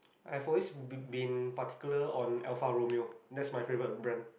I've always been been particular on Alfa-Romeo that's my favourite brand